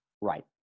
Right